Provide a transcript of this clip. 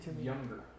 Younger